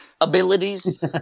abilities